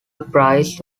price